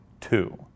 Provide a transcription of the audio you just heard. two